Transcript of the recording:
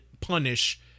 punish